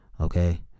okay